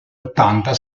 ottanta